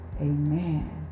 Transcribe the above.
amen